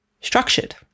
structured